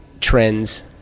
trends